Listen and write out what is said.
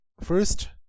first